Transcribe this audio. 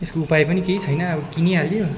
यसको उपाय पनि केही छैन अब किनिहालियो